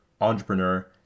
entrepreneur